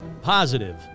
Positive